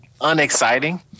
Unexciting